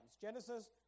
Genesis